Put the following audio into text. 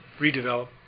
redevelop